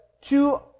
two